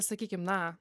sakykim na